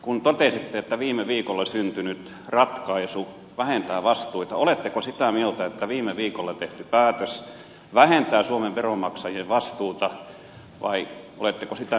kun totesitte että viime viikolla syntynyt ratkaisu vähentää vastuita oletteko sitä mieltä että viime viikolla tehty päätös vähentää suomen veronmaksajien vastuuta vai oletteko sitä mieltä että se lisää